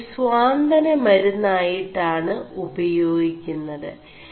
ഇെതാരു സjാന മരുM് ആയിƒാണ് ഉപേയാഗി ുMത്